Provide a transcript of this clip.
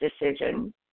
decision